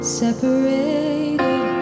separated